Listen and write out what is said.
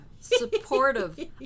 supportive